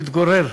מתגורר